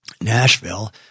Nashville